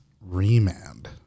remand